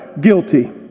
Guilty